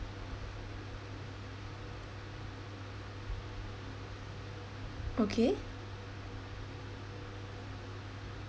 okay